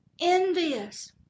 envious